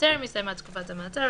וטרם הסתיימה תקופת המעצר,